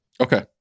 Okay